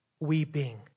weeping